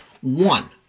one